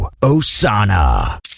Osana